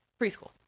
Preschool